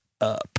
up